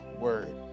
word